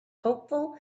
hopeful